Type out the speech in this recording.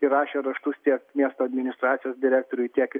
rašė raštus tiek miesto administracijos direktoriui tiek